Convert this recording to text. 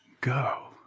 Go